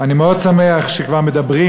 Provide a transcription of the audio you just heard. אני מאוד שמח שכבר מדברים